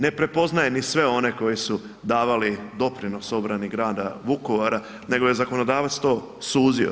Ne prepoznaje ni sve one koji su davali doprinos obrani grada Vukovara nego je zakonodavac to suzio.